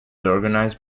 organized